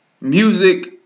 music